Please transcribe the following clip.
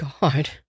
God